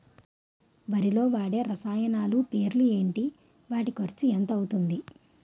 వరిలో వాడే రసాయనాలు పేర్లు ఏంటి? వాటి ఖర్చు ఎంత అవతుంది?